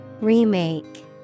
Remake